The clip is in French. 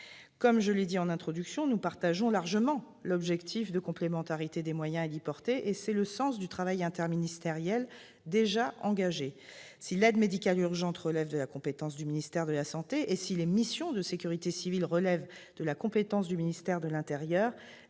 Je l'ai dit en introduction, nous partageons largement l'objectif de complémentarité des moyens héliportés ; c'est le sens du travail interministériel déjà engagé. Si l'aide médicale urgente relève de la compétence du ministère de la santé, et si les missions de sécurité civile relèvent de celle du ministère de l'intérieur,